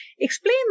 Explain